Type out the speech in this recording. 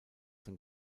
sein